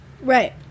Right